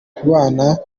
kubana